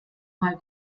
mal